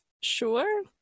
Sure